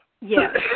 Yes